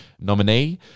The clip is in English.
nominee